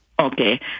Okay